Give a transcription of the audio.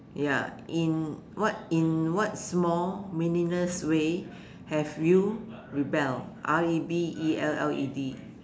ya in what in what small meaningless way have you rebelled R E B E L L E D